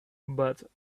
but